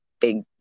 big